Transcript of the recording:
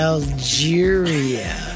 Algeria